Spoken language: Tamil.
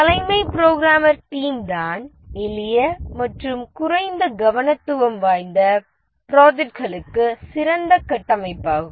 தலைமை புரோகிராமர் டீம் தான் எளிய மற்றும் குறைந்த கடினத்துவம் வாய்ந்த ப்ரோஜெக்ட்களுக்கு சிறந்த கட்டமைப்பாகும்